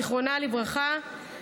זכרה לברכה,